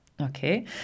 okay